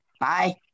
Bye